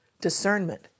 discernment